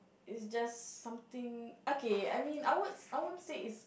it's just something okay I mean I won't I won't say it's